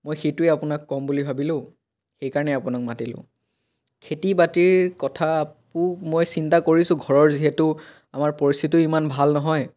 মই সেইটোৱে আপোনাক কম বুলি ভাবিলোঁ সেই কাৰণেই আপোনাক মাতিলোঁ খেতি বাতিৰ কথা মই চিন্তা কৰিছোঁ ঘৰৰ যিহেতু আমাৰ পৰিস্থিতিও ইমান ভাল নহয়